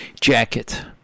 jacket